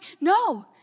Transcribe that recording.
No